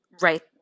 right